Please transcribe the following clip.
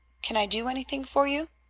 can i do anything for you?